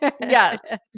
Yes